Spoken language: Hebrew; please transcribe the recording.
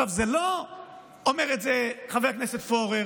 לא אומר את זה חבר הכנסת פורר